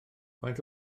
faint